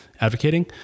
advocating